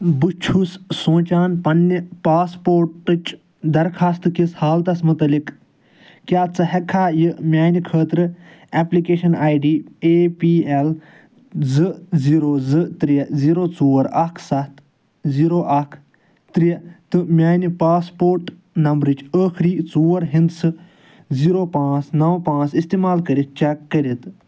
بہٕ چھُس سونٛچان پنٕنہِ پاسپورٹٕچ درخواست کِس حالتس مُتعلق کیٛاہ ژٕ ہیٚکٕکھا یہِ میٛانہِ خٲطرٕ application I D A P L زٕ زیٖرو زٕ ترٛےٚ زیٖرو ژور اکھ سَتھ زیٖرو اکھ ترٛےٚ تہٕ میٛانہِ پاسپورٹ نمبرٕچ ٲخٕری ژور ہِنٛدسہٕ زیٖرو پانٛژھ نو پانٛژھ اِستعمال کٔرِتھ چیک کٔرتھ